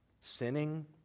sinning